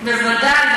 בוודאי.